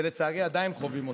ולצערי עדיין חווים אותו.